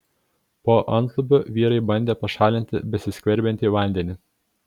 po antlubiu vyrai bandė pašalinti besiskverbiantį vandenį